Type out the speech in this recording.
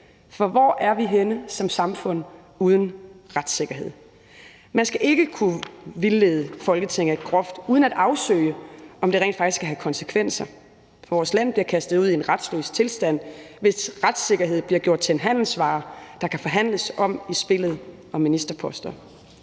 For hvor er vi henne som samfund uden retssikkerhed? Man skal ikke kunne vildlede Folketinget groft, uden at det bliver afsøgt, om det rent faktisk skal have konsekvenser. For vores samfund bliver kastet ud i en retsløs tilstand, hvis retssikkerhed bliver gjort til en handelsvare, der kan forhandles om i spillet om ministerposter.